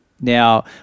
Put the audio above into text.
Now